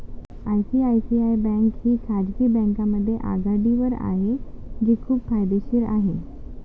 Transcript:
ICICI bank ही खाजगी बँकांमध्ये आघाडीवर आहे जी खूप फायदेशीर आहे